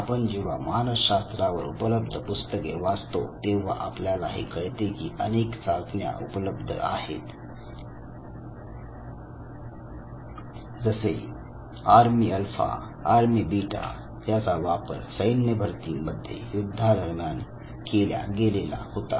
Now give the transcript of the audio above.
आपण जेव्हा मानसशास्त्रावर उपलब्ध पुस्तके वाचतो तेव्हा आपल्याला हे कळते की अनेक चाचण्या उपलब्ध आहेत जसे आर्मी अल्फा आर्मी बीटा ज्याचा वापर सैन्यभरती मध्ये युद्धादरम्यान केल्या गेलेला होता